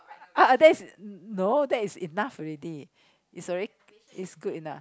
uh that is no that is enough already it's already it's good enough